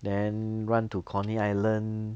then run to coney island